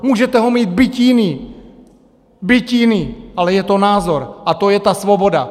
Můžete ho mít byť jiný, byť jiný, ale je to názor, a to je ta svoboda.